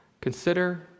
Consider